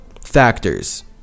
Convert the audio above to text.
factors